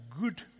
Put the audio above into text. good